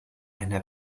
einer